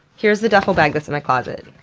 here's the duffel bag that's in my closet.